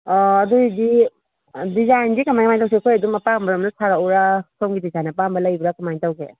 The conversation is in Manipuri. ꯑꯗꯣꯏꯗꯤ ꯗꯤꯖꯥꯏꯟꯗꯤ ꯀꯃꯥꯏꯅ ꯀꯃꯥꯏꯅ ꯇꯧꯁꯤꯒꯦ ꯑꯩꯈꯣꯏ ꯑꯗꯨꯝ ꯑꯄꯥꯝꯕ ꯃꯑꯣꯡꯗ ꯁꯥꯔꯛꯎꯔ ꯁꯣꯝꯒꯤ ꯗꯤꯖꯥꯏꯟ ꯑꯄꯥꯝꯕ ꯂꯩꯕ꯭ꯔꯥ ꯀꯃꯥꯏꯅ ꯇꯧꯒꯦ